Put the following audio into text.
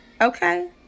Okay